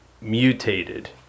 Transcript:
mutated